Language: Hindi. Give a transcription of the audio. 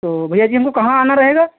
तो भैया जी हमको कहाँ आना रहेगा